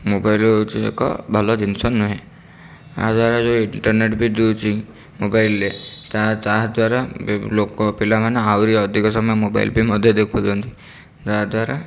mobile ହେଉଛି ଏକ ଭଲ ଜିନିଷ ନୁହେଁ ଆଦ୍ୱାରା ଯେଉଁ ଇଣ୍ଟେର୍ନେଟ ବି ଦଉଛି ମୋବାଇଲ ରେ ତାହାଦ୍ୱାରା ବ୍ୟବ ଲୋକ ପିଲାମାନେ ଆହୁରି ଅଧିକ ସମୟ ମୋବାଇଲ ବି ମଧ୍ୟ ଦେଖୁଛନ୍ତି ଯାହାଦ୍ୱାରା